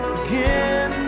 again